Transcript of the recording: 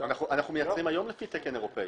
אנחנו מייצרים היום לפי תקן אירופאי.